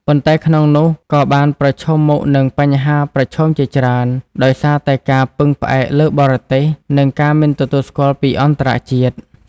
ប៉ុន្តែក្នុងនោះក៏បានប្រឈមមុខនឹងបញ្ហាប្រឈមជាច្រើន ដោយសារតែការពឹងផ្អែកលើបរទេស និងការមិនទទួលស្គាល់ពីអន្តរជាតិ។